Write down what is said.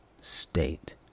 state